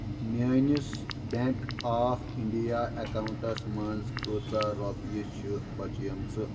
میٲنِس bank of India accounts منٛز کۭژاہ رۄپیہِ چھےٚ بچیمٕژ؟